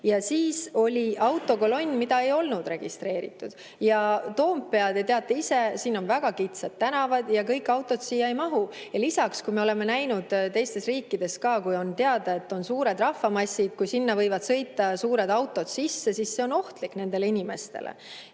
Ja siis oli autokolonn, mida ei olnud registreeritud. Ja Toompea – te teate ise, siin on väga kitsad tänavad ja kõik autod siia ei mahu. Lisaks me oleme näinud teistes riikides, et kui on teada, et on suured rahvamassid, siis sinna võivad suured autod sisse sõita ja see on inimestele